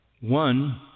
One